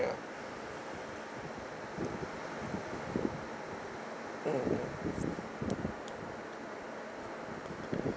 ya mm